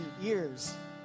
years